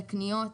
לקניות.